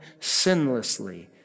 sinlessly